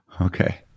Okay